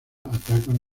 atacan